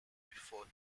before